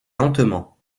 lentement